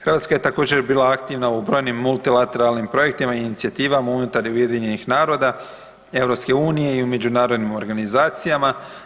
Hrvatska je također bila aktivna u brojnim multilateralnim projektima i inicijativama unutar UN-a, EU i u međunarodnim organizacijama.